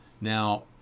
Now